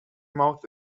mouth